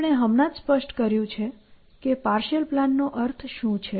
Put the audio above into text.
આજે આપણે હમણાં જ સ્પષ્ટ કર્યું છે કે પાર્શિઅલ પ્લાન નો અર્થ શું છે